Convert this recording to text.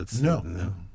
No